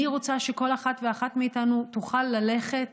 אני רוצה שכל אחת ואחד מאיתנו תוכל ללכת